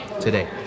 today